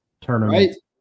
Tournament